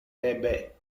debe